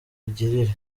migirire